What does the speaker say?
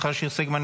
מיכל שיר סגמן,